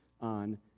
on